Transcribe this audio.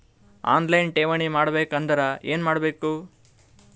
On line ಠೇವಣಿ ಮಾಡಬೇಕು ಅಂದರ ಏನ ಮಾಡಬೇಕು?